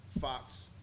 Fox